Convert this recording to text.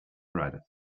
writer